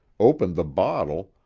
opened the bottle,